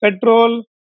petrol